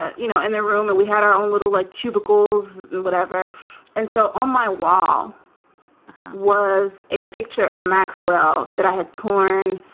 ah you know, in their room. and we had our own little like cubicles and whatever and so on. my wall was a picture of maxwell that i had torn.